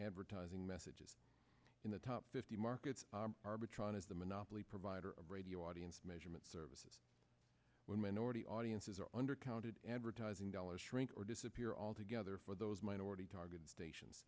advertising messages in the top fifty markets arbitron is the monopoly provider radio audience measurement services when minority audiences are undercounted advertising dollars shrink or disappear altogether for those minority targeted stations